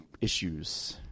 issues